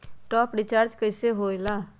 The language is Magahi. टाँप अप रिचार्ज कइसे होएला?